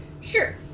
Sure